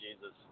Jesus